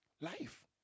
Life